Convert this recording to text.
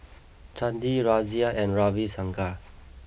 Chandi Razia and Ravi Shankar